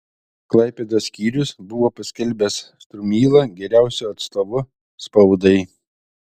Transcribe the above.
klaipėdos skyrius buvo paskelbęs strumylą geriausiu atstovu spaudai